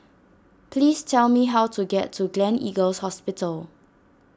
please tell me how to get to Gleneagles Hospital